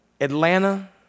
Atlanta